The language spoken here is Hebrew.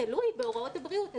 תלוי בהוראות הבריאות.